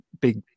big